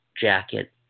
jacket